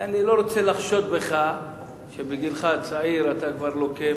אני לא רוצה לחשוד בך שבגילך הצעיר אתה כבר לוקה